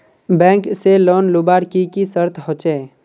Bank से loan लुबार की की शर्त होचए?